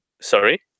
sorry